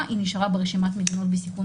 היא נשארה ברשימת המדינות בסיכון מרבי.